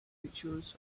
pictures